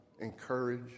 encourage